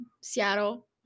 Seattle